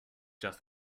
just